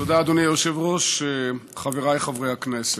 תודה, אדוני היושב-ראש, חבריי חברי הכנסת,